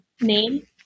name